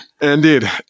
indeed